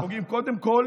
כי אתם פוגעים קודם כול